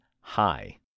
high